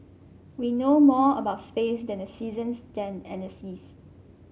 we know more about space than the seasons than and the seas